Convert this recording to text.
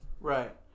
right